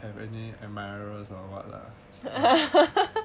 have any admirers or what lah